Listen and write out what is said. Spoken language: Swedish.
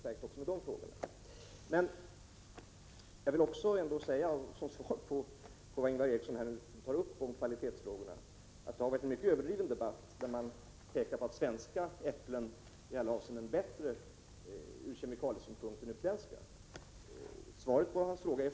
Vidare vill jag som svar på Ingvar Erikssons frågor om kvaliteten säga att debatten har varit mycket överdriven. Man pekar t.ex. på det faktum att svenska äpplen ur kemikaliesynpunkt är bättre än utländska i alla avseenden.